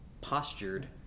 postured